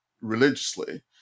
religiously